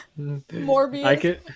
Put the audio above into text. Morbius